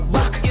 Back